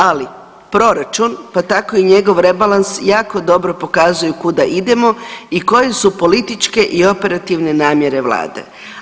Ali proračun, pa tako i njegov rebalans jako dobro pokazuje kuda idemo i koje su političke i operativne namjere Vlade.